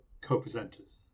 co-presenters